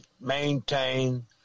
maintain